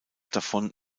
davon